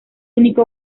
único